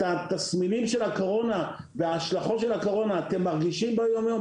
את התסמינים של הקורונה והשלכותיה אתם מרגישים ביום יום?